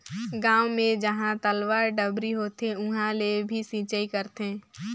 गांव मे जहां तलवा, डबरी होथे उहां ले भी सिचई करथे